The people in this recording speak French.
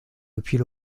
depuis